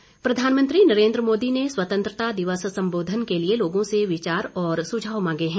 सुझाव प्रधानमंत्री नरेंद्र मोदी ने स्वतंत्रता दिवस संबोधन के लिए लोगों से विचार और सुझाव मांगे हैं